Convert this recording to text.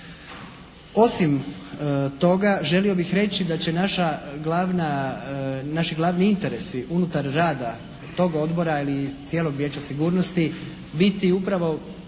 Osim toga želio bih reći da će naša glavna, naši glavni interesi unutar rada toga Odbor ili iz cijelog Vijeća sigurnost biti upravo